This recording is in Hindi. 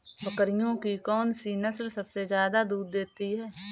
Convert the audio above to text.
बकरियों की कौन सी नस्ल सबसे ज्यादा दूध देती है?